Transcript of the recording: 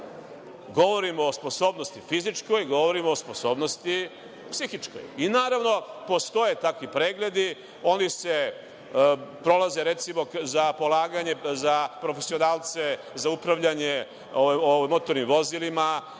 tako. Govorim o sposobnosti fizičkoj, govorim o sposobnosti psihičkoj. Naravno postoje takvi pregledi, oni se prolaze za polaganje za profesionalce, za upravljanje motornim vozilima,